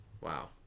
Wow